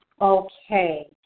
Okay